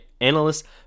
analysts